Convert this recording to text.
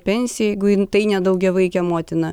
pensiją jeigu tai ne daugiavaikė motina